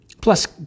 Plus